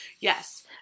Yes